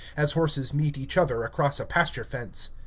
as horses meet each other across a pasture fence.